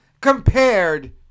Compared